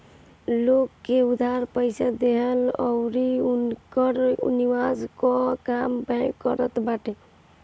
लोग के उधार पईसा देहला अउरी उनकर निवेश कअ काम बैंक करत बाटे